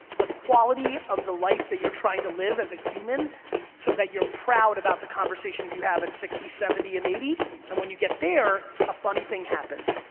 the quality of the life that you're trying to live as a human so that you're proud about the conversation you have at sixty, seventy and eighty and when you get there, a funny thing happens,